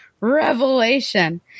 revelation